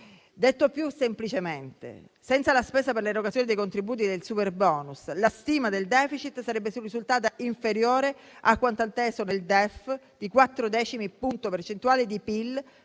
Detto più semplicemente, senza la spesa per l'erogazione dei contributi del superbonus, la stima del *deficit* sarebbe risultata inferiore a quanto atteso nel DEF, di quattro decimi di punto percentuale di PIL